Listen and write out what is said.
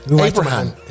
Abraham